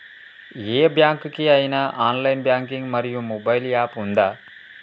ఏ bank కి ఐనా online banking మరియు మొబైల్ యాప్ ఉందా?